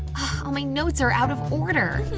all my notes are out of order!